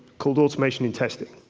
called automation in testing.